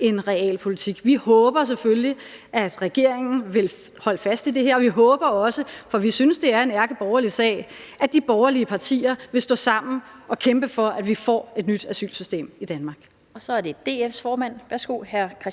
end realpolitik. Vi håber selvfølgelig, at regeringen vil holde fast i det her, og vi håber også – for vi synes, det er en ærkeborgerlig sag – at de borgerlige partier vil stå sammen og kæmpe for, at vi får et nyt asylsystem i Danmark. Kl. 16:08 Den fg. formand